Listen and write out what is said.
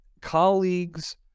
colleagues